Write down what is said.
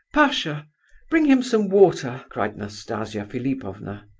but bring him some water! cried nastasia philipovna.